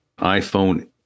iphone